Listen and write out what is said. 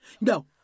No